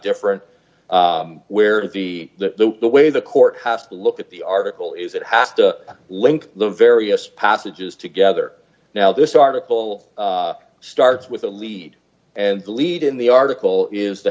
different where the the the way the court has to look at the article is it has to link the various passages together now this article starts with a lead and the lead in the article is the